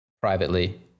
privately